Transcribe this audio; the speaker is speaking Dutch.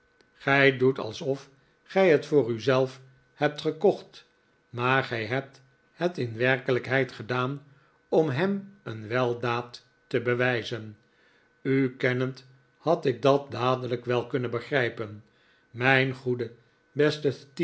gij doet alsof gij het voor u zelf hebt gekocht maar gij hebt het in werkelijkheid gedaan om hem een weldaad te bewijzen u kennend had ik dat dadelijk wel kunnen begrijpen mijn goede beste